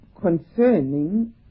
concerning